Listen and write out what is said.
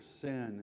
sin